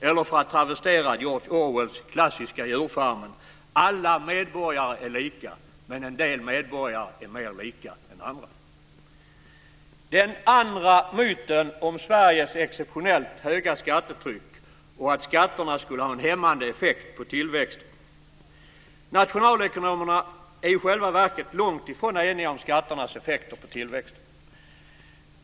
Eller för att travestera George Orwells klassiska Djurfarmen: Alla medborgare är lika, men en del medborgare är mer lika än andra. Den andra myten är myten om Sveriges exceptionellt höga skattetryck och skatternas hämmande effekt på tillväxten. Nationalekonomerna är i själva verket långt ifrån eniga om skatternas effekter på tillväxten.